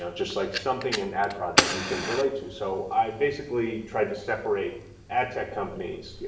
ah just like something in ad fraud that you can relate to. so i basically tried to separate ad tech companies, yeah